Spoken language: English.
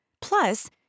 plus